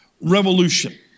revolution